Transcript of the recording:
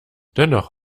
dennoch